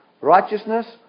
righteousness